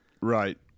Right